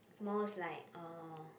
most like uh